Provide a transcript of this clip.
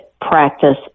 practice